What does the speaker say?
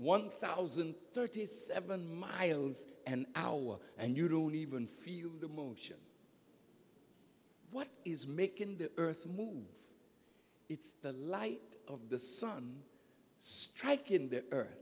one thousand thirty seven miles an hour and you don't even feel the motion what is making the earth move it's the light of the sun striking